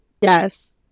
yes